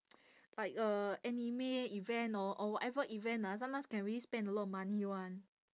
like uh anime event or or whatever event ah sometimes can really spend a lot of money [one]